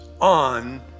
on